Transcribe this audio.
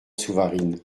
souvarine